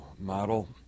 model